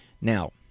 Now